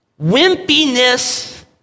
Wimpiness